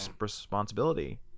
responsibility